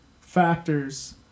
factors